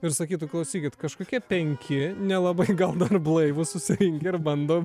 ir sakytų klausykit kažkokie penki nelabai gal dar blaivūs susirinkę ir bando